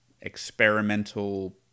experimental